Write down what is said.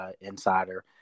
insider